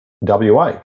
WA